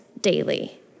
daily